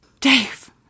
Dave